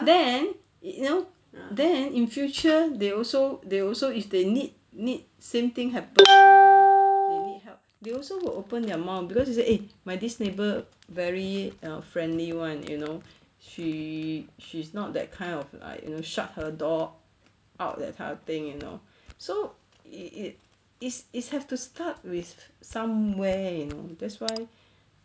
then it you know then in future they also they also if they need need same thing happen to them they need help they also will open their mouth cause eh my this neighbour very err friendly [one] you know she she's not that kind of like you know shut her door out that kind of thing you know so it it is is have to start with somewhere you know that's why